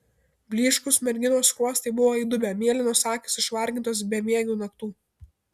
blyškūs merginos skruostai buvo įdubę mėlynos akys išvargintos bemiegių naktų